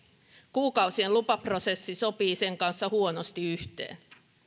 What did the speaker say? kuukausien lupaprosessi sopii sen kanssa huonosti yhteen